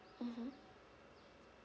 mmhmm